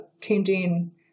changing